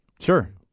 Sure